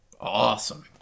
Awesome